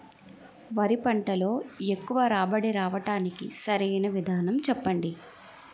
వరి పంటలో ఎక్కువ రాబడి రావటానికి సరైన విధానం చెప్పండి?